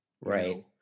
Right